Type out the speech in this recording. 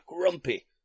grumpy